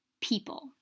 people